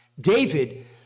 David